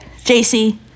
JC